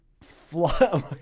fly